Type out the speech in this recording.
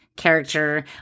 character